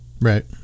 Right